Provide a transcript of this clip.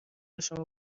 شما